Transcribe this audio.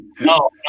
no